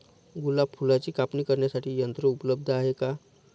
गुलाब फुलाची कापणी करण्यासाठी यंत्र उपलब्ध आहे का?